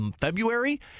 February